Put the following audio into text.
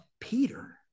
Peter